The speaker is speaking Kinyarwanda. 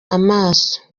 amaso